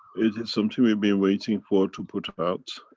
it is something we've been waiting for to put out.